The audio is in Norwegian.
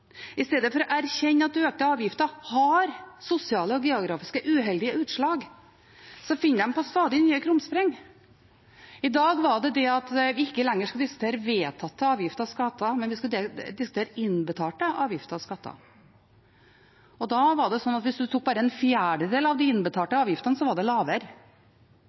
i stedet for å erkjenne at økte avgifter har sosialt og geografisk uheldige utslag, finner de på stadig nye krumspring. I dag var det at vi ikke lenger skal diskutere vedtatte avgifter og skatter, men vi skal diskutere innbetalte avgifter og skatter. Da var det slik at hvis man bare tok en fjerdedel av de innbetalte avgiftene, var det lavere.